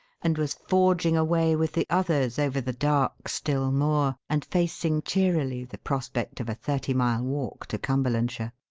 and was forging away with the others over the dark, still moor and facing cheerily the prospect of a thirty-mile walk to cumberlandshire.